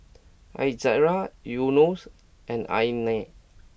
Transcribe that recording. Izara Yunos and Aina